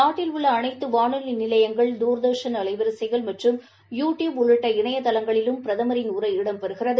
நாட்டில் உள்ள அனைத்துவானொலிநிலையங்கள் தூர்தர்ஷன் அலைவரிசைகள் மற்றும் யூ டியூப் உள்ளிட்ட இணையதளங்களிலும் பிரதமரின் உரை இடம் பெறுகிறது